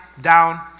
down